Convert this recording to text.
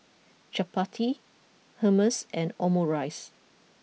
Chapati Hummus and Omurice